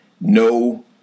No